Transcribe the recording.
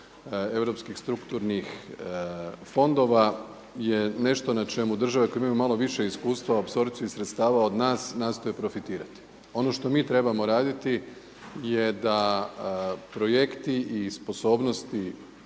europskih strukturnih fondova je nešto na čemu države koje imaju malo više iskustva apsorpcije sredstava od nas nastoje profitirati. Ono što mi trebamo raditi je da projekti i sposobnosti